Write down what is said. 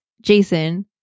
Jason